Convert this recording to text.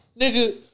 Nigga